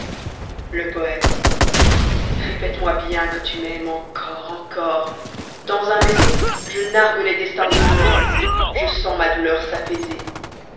le poète répète-moi bien que tu m'aimes encor encor dans un baiser je nargue les destins eux-mêmes je sens ma douleur s'apaiser